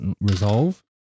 resolve